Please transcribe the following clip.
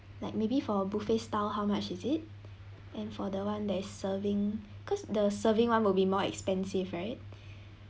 like maybe for a buffet style how much is it and for the one that is serving because the serving one will be more expensive right